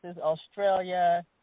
Australia